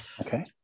Okay